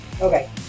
Okay